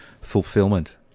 fulfillment